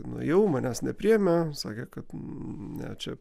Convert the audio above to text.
nuėjau manęs nepriėmė sakė kad ne čia